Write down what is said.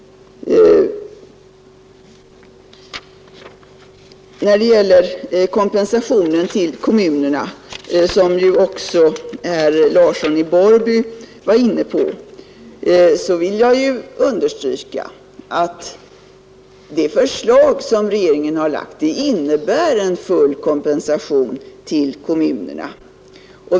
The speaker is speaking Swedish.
Vad beträffar kompensationen till kommunerna, som också herr Larsson i Borrby var inne på, vill jag understryka att det förslag som regeringen har lagt fram innebär en full kompensation till kommunerna.